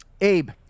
Abe